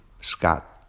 Scott